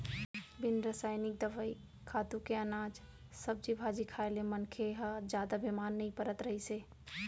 बिन रसइनिक दवई, खातू के अनाज, सब्जी भाजी खाए ले मनखे ह जादा बेमार नइ परत रहिस हे